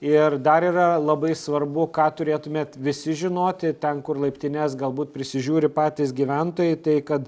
ir dar yra labai svarbu ką turėtumėt visi žinoti ten kur laiptines galbūt prisižiūri patys gyventojai tai kad